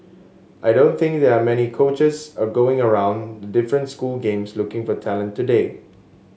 I don't think there are many coaches are going around the different school games looking for talent today